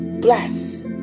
Bless